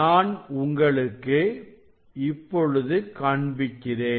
நான் உங்களுக்கு இப்பொழுது காண்பிக்கிறேன்